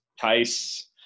Tice